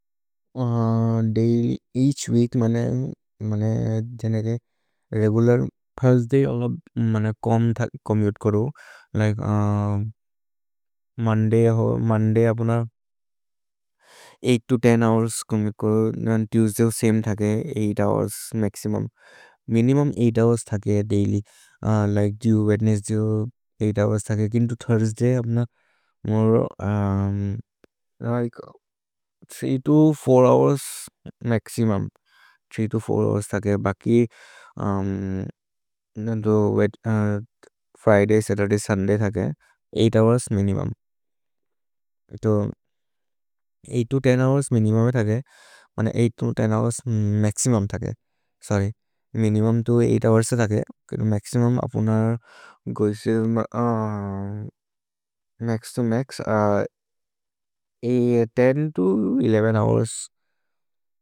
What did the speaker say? Each week मने regular first day अल मने चोम्मुते करो लिके मोन्दय् अबुन आथ् तो दस् होउर्स् चोम्मुते करो। तुएस्दय् समे थके आथ् होउर्स् मक्सिमुम् मिनिमुम् आथ् होउर्स् थके दैल्य् लिके दुए वेद्नेस्दय् आथ् होउर्स् थके किन्तु थुर्स्दय् अबुन मोरे लिके तीन् तो छर् होउर्स् मक्सिमुम् थ्री तो छर् होउर्स् थके। भकि उम् फ्रिदय्, सतुर्दय्, सुन्दय् थके आथ् होउर्स् मिनिमुम् किन्तु आथ् तो दस् होउर्स् मिनिमुम् थके मने आथ् तो दस् होउर्स् मक्सिमुम् थके सोर्र्य्, मिनिमुम् तु आथ् होउर्स् थ तके मक्सिमुम् अबुन गोएसिल् म मक्स् तो मक्स् दस् तो एग्यर होउर्स्।